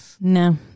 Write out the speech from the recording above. No